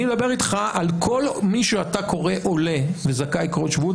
אני מדבר איתך על כל מי שאתה קורא עולה וזכאי חוק שבות,